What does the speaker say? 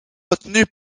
retenue